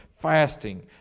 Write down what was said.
fasting